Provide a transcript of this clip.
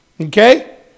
Okay